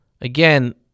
Again